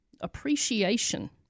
appreciation